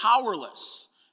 powerless